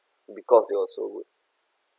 because it was so good